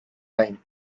time